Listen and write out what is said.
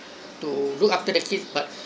to look after the kid but